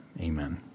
Amen